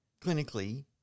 clinically